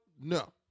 no